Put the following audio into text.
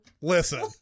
listen